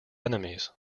enemies